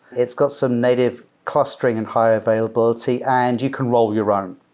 it's got some native clustering and high-availability and you can roll your own,